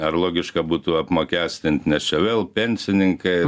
ar logiška būtų apmokestint nes čia vėl pensininkai